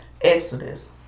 Exodus